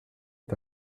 est